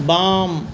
बाम